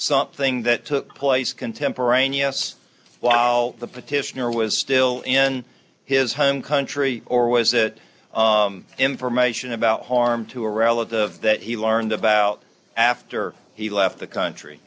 something that took place contemporaneous while the petitioner was still in his home country or was that information about harm to a relative that he learned about after he left the country